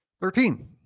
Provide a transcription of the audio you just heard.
thirteen